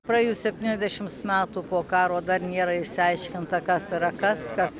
praėjus septyniasdešims metų po karo dar nėra išsiaiškinta kas yra kas kas